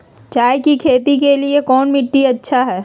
चाय की खेती के लिए कौन मिट्टी अच्छा हाय?